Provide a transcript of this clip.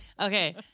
Okay